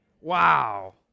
Wow